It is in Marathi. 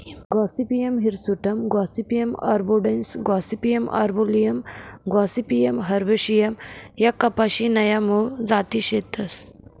Gossypium hirsutum Gossypium barbadense Gossypium arboreum Gossypium herbaceum ह्या कपाशी न्या मूळ जाती शेतस